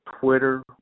Twitter